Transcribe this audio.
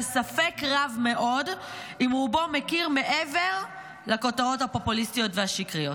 שספק רב מאוד אם רובו מכיר מעבר לכותרות הפופוליסטיות והשקריות.